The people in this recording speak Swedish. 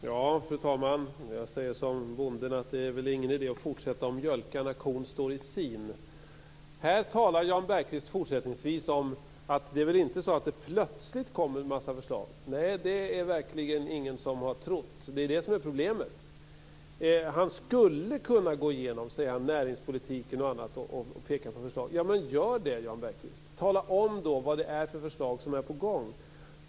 Fru talman! Jag säger som bonden: Det är väl ingen idé att fortsätta att mjölka när kon står i sin. Här talar Jan Bergqvist fortsättningsvis om att det inte är så att det plötsligt kommer en massa förslag. Nej, det är verkligen ingen som har trott det. Det är det som är problemet. Han skulle kunna gå igenom, säger han, näringspolitiken och annat och peka på förslag. Ja, men gör det, Jan Bergqvist. Tala om vad det är för förslag som är på gång.